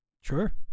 Sure